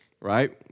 right